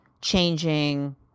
changing